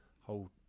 whole